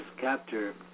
capture